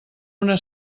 una